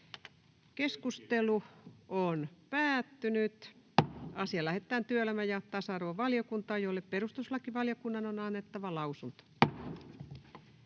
ehdottaa, että asia lähetetään työelämä- ja tasa-arvovaliokuntaan, jolle perustuslakivaliokunnan on annettava lausunto.